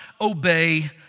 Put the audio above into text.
obey